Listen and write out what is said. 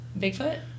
Bigfoot